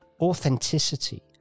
Authenticity